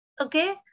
Okay